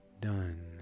done